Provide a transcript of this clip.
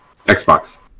Xbox